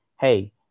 hey